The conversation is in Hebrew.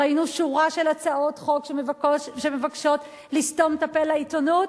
ראינו שורה של הצעות חוק שמבקשות לסתום את הפה לעיתונות,